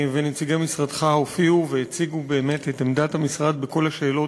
נציגי משרדך הופיעו והציגו את עמדת המשרד בכל השאלות